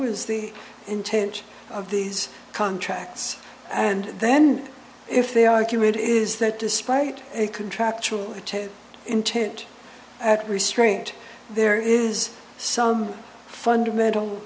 was the intent of these contracts and then if they argue it is that despite a contractual intent at restraint there is some fundamental